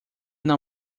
não